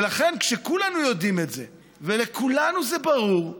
ולכן, כשכולנו יודעים את זה, ולכולנו זה ברור,